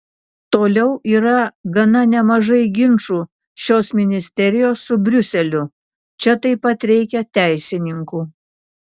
toliau yra gana nemažai ginčų šios ministerijos su briuseliu čia taip pat reikia teisininkų